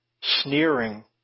sneering